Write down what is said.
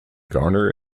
garner